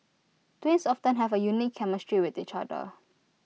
twins often have A unique chemistry with each other